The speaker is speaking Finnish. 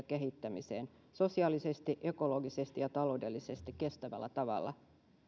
kehittämiseen sosiaalisesti ekologisesti ja taloudellisesti kestävällä tavalla